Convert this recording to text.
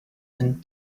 and